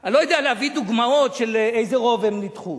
אני לא יודע להביא דוגמאות באיזה רוב הם נדחו.